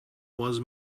was